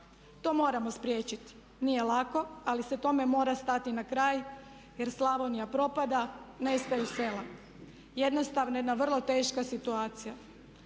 To moramo spriječiti. Nije lako, ali se tome mora stati na kraj jer Slavonija propada, nestaju sela. Jednostavno jedna vrlo teška situacija.